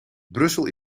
brussel